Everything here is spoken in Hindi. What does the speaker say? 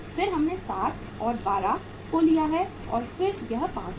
फिर हमने 7 और 12 को लिया है और फिर यह 5 है